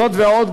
זאת ועוד,